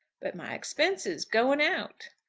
but my expenses going out?